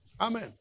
Amen